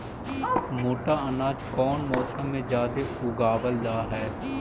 मोटा अनाज कौन मौसम में जादे उगावल जा हई?